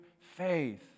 faith